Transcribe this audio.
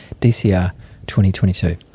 DCR2022